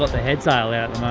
ah the head sail at